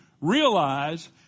realize